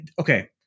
Okay